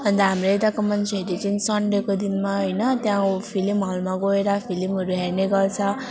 अन्त हाम्रो यताको मान्छेहरू चाहिँ सनडेको दिनमा होइन त्यहाँ फिल्म हलमा गएर फिल्महरू हेर्नेगर्छ